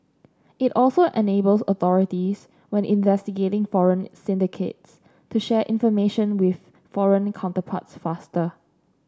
it also enables authorities when investigating foreign syndicates to share information with foreign counterparts faster